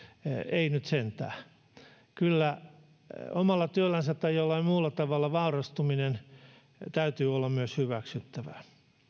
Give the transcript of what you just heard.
ei nyt sentään kyllä omalla työllänsä tai jollain muulla tavalla vaurastumisen täytyy olla myös hyväksyttävää